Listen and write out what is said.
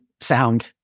sound